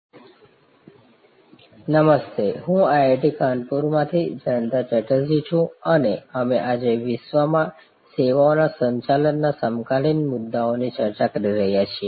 સેવાઓની ગ્રાહક સહ નિર્માણ નમસ્તે હું IIT કાનપુરમાંથી જયંતા ચેટર્જી છું અને અમે આજના વિશ્વમાં સેવાઓના સંચાલનના સમકાલીન મુદ્દાઓની ચર્ચા કરી રહ્યા છીએ